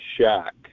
Shack